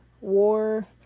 war